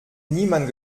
niemand